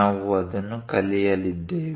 ನಾವು ಅದನ್ನು ಕಲಿಯಲಿದ್ದೇವೆ